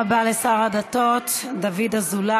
תודה רבה לשר לשירותי דת דוד אזולאי.